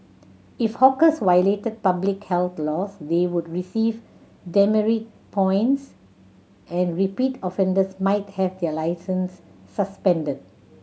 if hawkers violated public health laws they would receive demerit points and repeat offenders might have their licence suspended